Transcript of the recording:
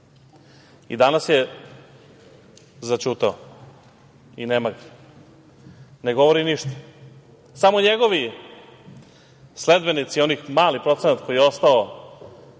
I danas je zaćutao i nema ga, ne govori ništa, samo njegovi sledbenici, mali procenat koji je ostao